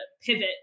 pivot